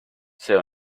see